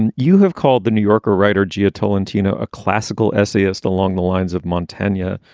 and you have called the new yorker writer jim tolentino, a classical essayist along the lines of montana,